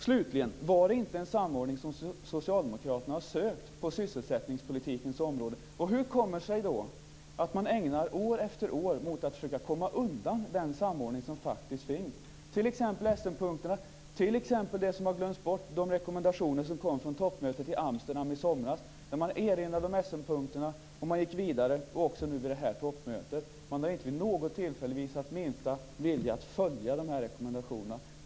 Slutligen: Är det inte en samordning som Socialdemokraterna har sökt på sysselsättningspolitikens område? Hur kommer det sig då att man ägnar år efter år åt att försöka komma undan den samordning som faktiskt finns? Ta t.ex. Essenpunkterna. Ta det som har glömts bort, nämligen rekommendationerna från toppmötet i Amsterdam i somras där man erinrade om Essenpunkterna och också gick vidare. Eller ta det här toppmötet. Inte vid något tillfälle har man visat minsta vilja att följa dessa rekommendationer.